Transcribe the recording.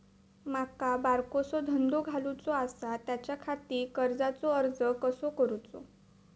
माका बारकोसो धंदो घालुचो आसा त्याच्याखाती कर्जाचो अर्ज कसो करूचो?